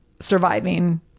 surviving